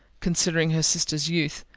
considering her sister's youth,